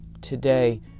Today